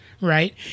Right